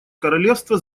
королевства